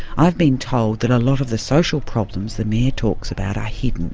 i've been told that a lot of the social problems the mayor talks about are hidden,